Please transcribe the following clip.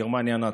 גרמניה הנאצית.